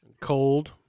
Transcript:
Cold